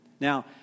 Now